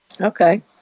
Okay